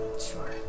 Sure